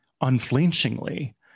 unflinchingly